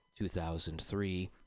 2003